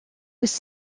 was